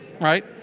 right